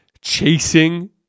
chasing